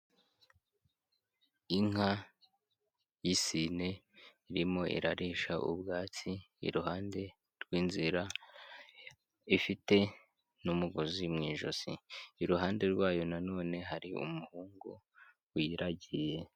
Inka y'isine irimo irarisha ubwatsi iruhande rw'inzira, ifite n'umugozi mu ijosi, iruhande rwayo na none hari umuhungu uyiragiye.